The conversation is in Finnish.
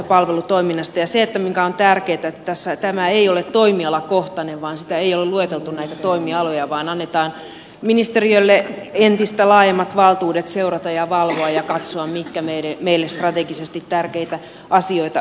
se mikä on tärkeätä on se että tämä ei ole toimialakohtainen siinä ei ole lueteltu näitä toimialoja vaan annetaan ministeriölle entistä laajemmat valtuudet seurata ja valvoa ja katsoa mitkä meille ovat strategisesti tärkeitä asioita